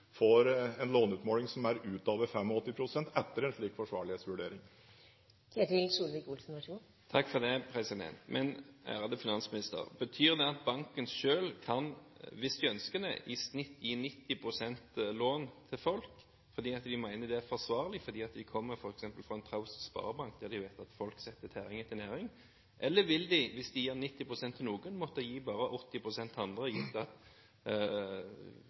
en låneutmåling utover 85 pst., etter en slik forsvarlighetsvurdering. Ærede finansminister: Betyr det at banken selv kan – hvis den ønsker det – i snitt gi 90 pst. i lån til folk fordi den mener det er forsvarlig, fordi det f.eks. kommer fra en traust sparebank der de vet at folk setter tæring etter næring? Eller vil de, hvis de gir 90 pst. til noen, måtte gi bare 80 pst. til andre, gitt at